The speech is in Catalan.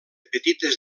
petites